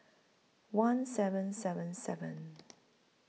one seven seven seven